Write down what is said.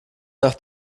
nach